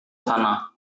sana